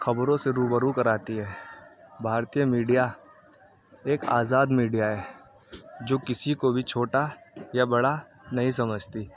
خبروں سے روبرو کراتی ہے بھارتیہ میڈیا ایک آزاد میڈیا ہے جو کسی کو بھی چھوٹا یا بڑا نہیں سمجھتی